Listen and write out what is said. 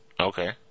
Okay